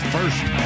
First